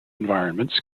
environments